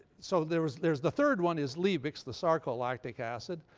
so there's there's the third one is liebig's, the sarcolactic acid,